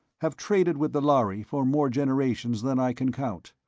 have traded with the lhari for more generations than i can count.